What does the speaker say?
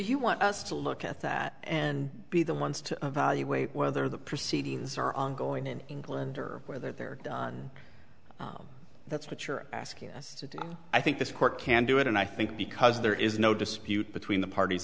you want us to look at that and be the ones to evaluate whether the proceedings are ongoing in england or whether they're that's what you're asking us to do i think this court can do it and i think because there is no dispute between the parties